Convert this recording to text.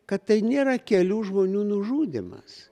kad tai nėra kelių žmonių nužudymas